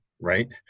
right